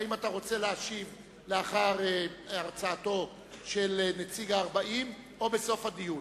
האם אתה רוצה להשיב לאחר הרצאתו של נציג ה-40 או בסוף הדיון.